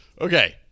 Okay